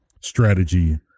strategy